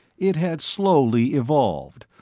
it had slowly evolved,